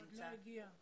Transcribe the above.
הוא עדיין לא הגיע.